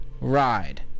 ride